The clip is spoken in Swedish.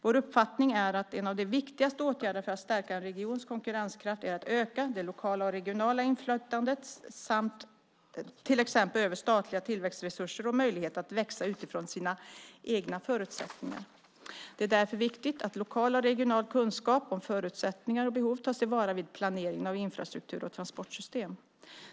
Vår uppfattning är att en av de viktigaste åtgärderna för att stärka en regions konkurrenskraft är att öka det lokala och regionala inflytandet, till exempel över statliga tillväxtresurser och över möjligheterna att växa utifrån sina egna förutsättningar. Det är därför viktigt att lokal och regional kunskap om förutsättningar och behov tas till vara vid planeringen av infrastruktur och transportsystem.